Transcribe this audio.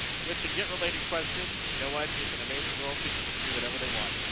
with the get related question. you know what it's an amazing world people can do whatever they want.